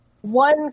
One